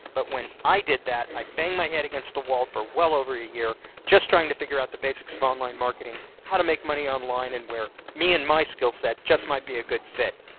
but, when i did that, i banged my head against the wall for well over a year just trying to figure out the basics of on-line marketing, how to make money online, and where me and my skill set just might be a good fit.